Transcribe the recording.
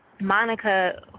Monica